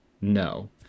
No